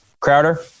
Crowder